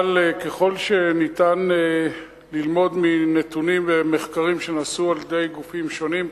אבל ככל שאפשר ללמוד מנתונים ומחקרים שנעשו על-ידי גופים שונים,